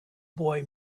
boy